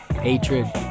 hatred